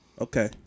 Okay